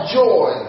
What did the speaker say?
joy